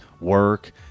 work